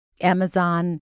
Amazon